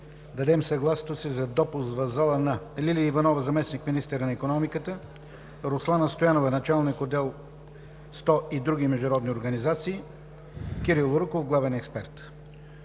дадем съгласието за допуск в залата на: Лилия Иванова – заместник-министър на икономиката, Руслана Стоянова – началник на отдел „СТО и други международни организации“, Кирил Юруков – главен експерт.